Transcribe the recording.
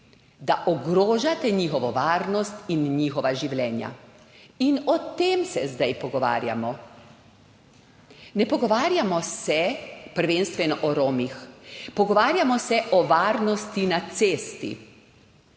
tem ogrožate njihovo varnost in njihova življenja. In o tem se zdaj pogovarjamo. Ne pogovarjamo se prvenstveno o Romih, pogovarjamo se o varnosti na cesti,